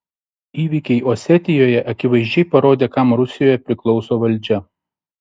įvykiai osetijoje akivaizdžiai parodė kam rusijoje priklauso valdžia